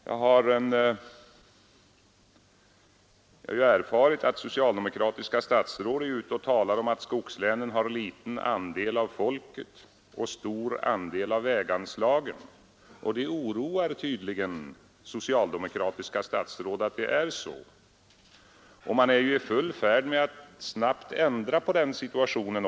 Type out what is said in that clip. Jag har erfarit att socialdemokratiska statsråd nu är ute och talar om att skogslänen har liten andel av folket och stor andel av väganslagen, och det oroar tydligen socialdemokratiska statsråd att det är så. Man är också i full färd med att ändra på den situationen.